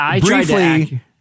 briefly